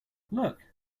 look